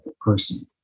person